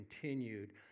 continued